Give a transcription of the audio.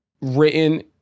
written